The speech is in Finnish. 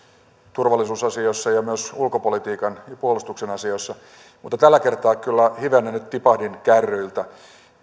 turvallisuusasioissa ja myös ulkopolitiikan ja puolustuksen asioissa mutta tällä kertaa kyllä hivenen nyt tipahdin kärryiltä